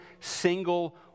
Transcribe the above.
single